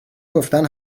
گفتن